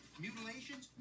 Mutilations